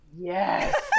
yes